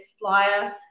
flyer